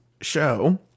show